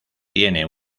tiene